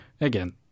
Again